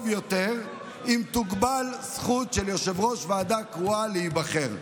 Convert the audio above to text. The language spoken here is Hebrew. יותר אם תוגבל הזכות של יושב-ראש ועדה קרואה להיבחר.